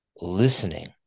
listening